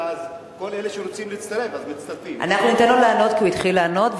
כי הוא התחיל לענות,